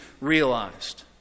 realized